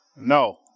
No